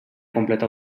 completa